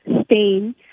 Spain